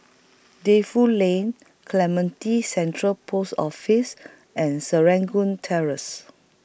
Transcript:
Defu Lane Clementi Central Post Office and Serangoon Terrace